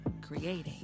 Creating